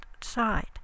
side